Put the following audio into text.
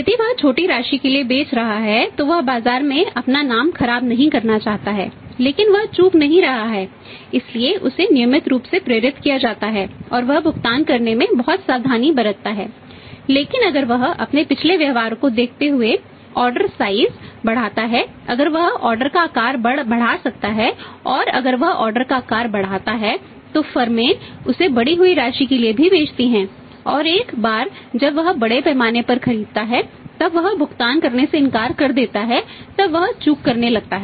यदि वह छोटी राशि के लिए बेच रहा है तो वह बाजार में अपना नाम खराब नहीं करना चाहता है लेकिन वह चूक नहीं रहा है इसलिए उसे नियमित रूप से प्रेरित किया जाता है और वह भुगतान करने में बहुत सावधानी बरतता है लेकिन अगर वह अपने पिछले व्यवहार को देखते हुए ऑर्डर साइज़ उसे बढ़ी हुई राशि के लिए भी बेचती हैं और एक बार जब वह बड़े पैमाने पर खरीदता है और तब वह भुगतान करने से इनकार कर देता है तब वह चूक करने लगता है